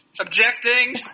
objecting